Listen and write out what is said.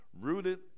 rooted